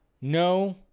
No